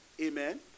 Amen